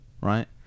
right